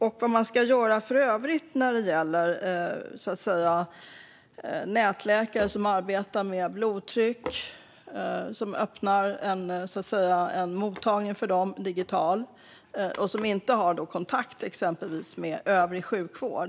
Och vad ska man göra i övrigt när det gäller nätläkare som arbetar med blodtryck och öppnar en digital mottagning för det men inte har kontakt med exempelvis övrig sjukvård?